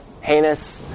heinous